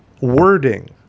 wording